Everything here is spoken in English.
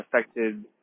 affected